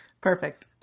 perfect